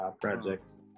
projects